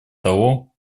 того